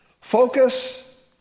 Focus